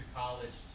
college